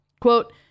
Quote